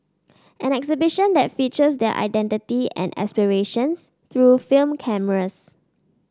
an exhibition that features their identity and aspirations through film cameras